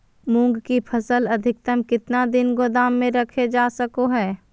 मूंग की फसल अधिकतम कितना दिन गोदाम में रखे जा सको हय?